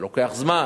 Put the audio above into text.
זה לוקח זמן,